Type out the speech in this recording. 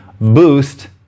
boost